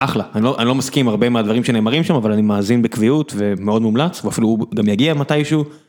אחלה, אני לא מסכים עם הרבה מהדברים שנאמרים שם, אבל אני מאזין בקביעות ומאוד מומלץ ואפילו הוא גם יגיע מתישהו.